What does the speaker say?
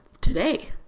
today